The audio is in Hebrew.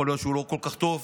יכול להיות שהוא לא כל כך טוב,